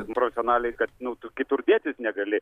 profesionaliai kad nu tu kitur dėtis negali